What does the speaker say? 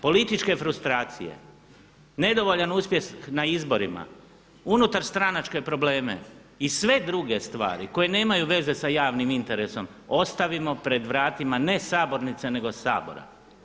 Političke frustracije, nedovoljan uspjeh na izborima, unutarstranačke probleme i sve druge stvari koje nemaju veze sa javnim interesom ostavimo pred vratima ne sabornice, nego Sabora.